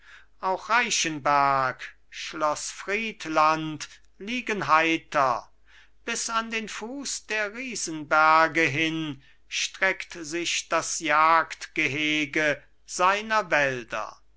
auch reichenberg schloß friedland liegen heiter bis an den fuß der riesenberge hin streckt sich das jagdgehege seiner wälder